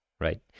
right